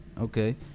Okay